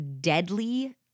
deadly